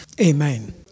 Amen